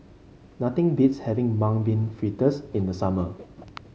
nothing beats having Mung Bean Fritters in the summer